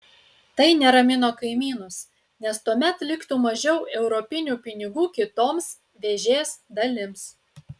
tai neramino kaimynus nes tuomet liktų mažiau europinių pinigų kitoms vėžės dalims